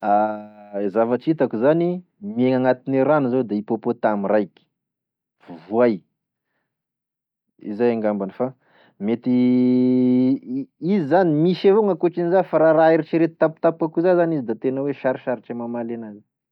Zavatra hitako zany miaigny agnatine rano zao de hippopotame raiky ,voay, izay angamba fa mety misy evao izy zany gn'akoatrin'iza fa raha raha heritreretigny tampotampoky akoiza zany izy da tena hoe sarotsarotry e mamaly enazy